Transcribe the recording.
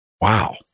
wow